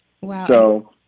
Wow